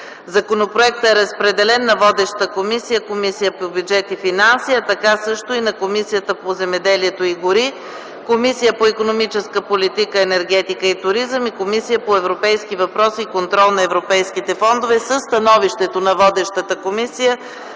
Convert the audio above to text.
Законопроектът е разпределен на водещата Комисия по бюджет и финанси, а така също и на Комисията по земеделието и горите, Комисията по икономическата политика, енергетика и туризъм и на Комисията по европейските въпроси и контрол на европейските фондове. Със становището на водещата Комисия